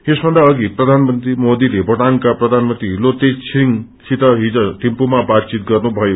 यसभन्दाअघ प्रधानमंत्री मोदीले भोटाङका प्रधानमंत्री लोते छिरिङ सित हिज थिम्पूमा बातचित गर्नुभयो